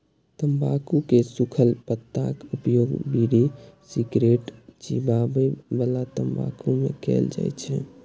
तंबाकू के सूखल पत्ताक उपयोग बीड़ी, सिगरेट, चिबाबै बला तंबाकू मे कैल जाइ छै